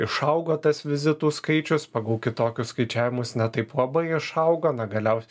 išaugo tas vizitų skaičius pagal kitokius skaičiavimus ne taip labai išaugo na galiausiai